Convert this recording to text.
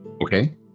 Okay